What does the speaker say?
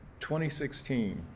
2016